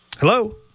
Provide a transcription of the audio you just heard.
Hello